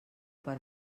per